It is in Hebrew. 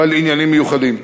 ועל עניינים מיוחדים.